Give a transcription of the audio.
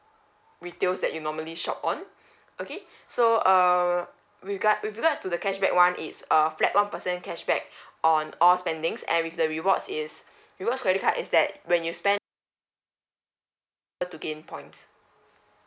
retails that you normally shop on okay so err regard with regards to the cashback one is a flat one percent cashback on all spending and with the rewards is rewards credit card is that when you spend to gain points